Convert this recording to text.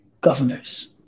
governors